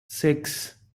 six